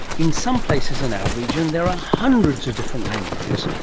in some places in our region there are hundreds of different languages,